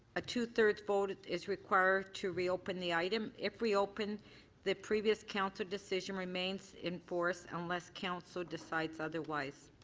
a two-thirds vote is required to reopen the item. if reopened the previous council decision remains in force unless council decides otherwise.